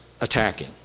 attacking